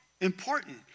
important